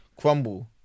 crumble